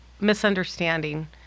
misunderstanding